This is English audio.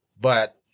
But-